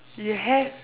you have